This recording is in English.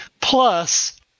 plus